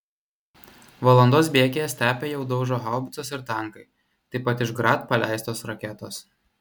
valandos bėgyje stepę jau daužo haubicos ir tankai taip pat iš grad paleistos raketos